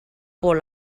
por